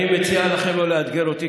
אני מציע לכם לא לאתגר אותי,